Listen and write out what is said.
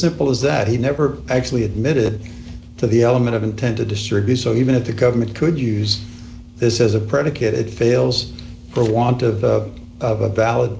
simple as that he never actually admitted to the element of intent to distribute so even if the government could use this as a predicate it fails for want of of a valid